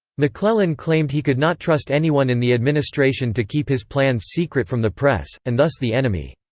mcclellan claimed he could not trust anyone in the administration to keep his plans secret from the press and thus the enemy.